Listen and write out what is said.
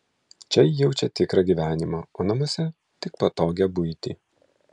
čia ji jaučia tikrą gyvenimą o namuose tik patogią buitį